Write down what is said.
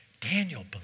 Daniel